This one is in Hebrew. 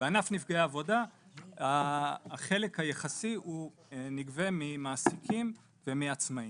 בענף נפגעי עבודה החלק היחסי הוא נגבה ממעסיקים ומעצמאיים.